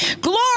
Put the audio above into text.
Glory